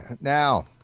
now